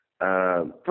First